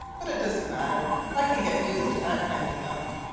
but it doesn't matter i can get used to that kind of milk.